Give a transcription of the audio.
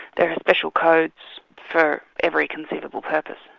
there are special codes for every conceivable purpose.